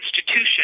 institution